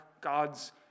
God's